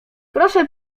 proszę